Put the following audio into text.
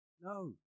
No